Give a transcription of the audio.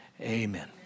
Amen